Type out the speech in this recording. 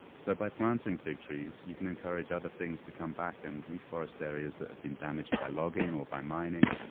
so by planting fig trees, you can encourage other things to come back and reforest areas that have been damaged by logging or by mining.